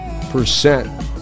percent